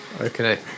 Okay